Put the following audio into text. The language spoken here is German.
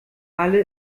alle